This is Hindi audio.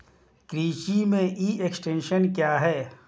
कृषि में ई एक्सटेंशन क्या है?